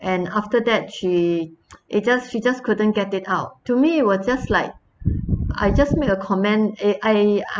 and after that she she just she just couldn't get it out to me it was just like I just make a comment eh I